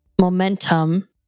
momentum